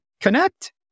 connect